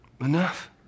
Enough